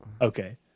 Okay